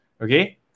Okay